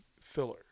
filler